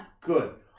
Good